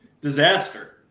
Disaster